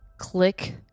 Click